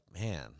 man